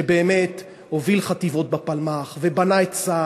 שהוביל חטיבות בפלמ"ח ובנה את צה"ל,